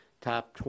top